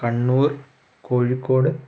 Kannur Kozhikode